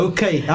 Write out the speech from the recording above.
Okay